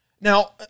Now